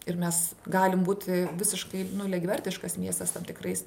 ir mes galim būti visiškai nu lygiavertiškas miestas tam tikrais